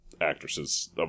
actresses